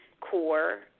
core